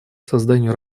созданию